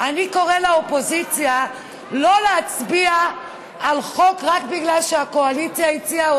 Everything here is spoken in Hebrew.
אני קורא לאופוזיציה לא להצביע על חוק רק בגלל שהקואליציה הציעה,